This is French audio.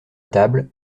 table